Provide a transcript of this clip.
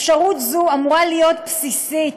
אפשרות זו אמורה להיות בסיסית,